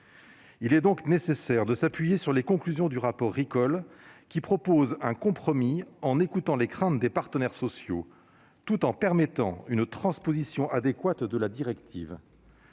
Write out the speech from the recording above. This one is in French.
Il est donc nécessaire de s'appuyer sur les conclusions du rapport Ricol, qui suggère un compromis consistant à écouter les craintes des partenaires sociaux tout en permettant une transposition adéquate de la directive.